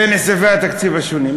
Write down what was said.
בין סעיפי התקציב השונים.